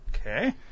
Okay